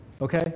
okay